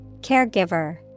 Caregiver